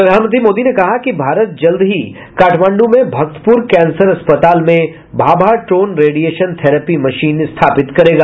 प्रधानमंत्री मोदी ने कहा कि भारत जल्दी ही काठमांडू में भक्तपूर कैंसर अस्पताल में भाभाट्रोन रेडिएशन थेरैपी मशीन स्थापित करेगा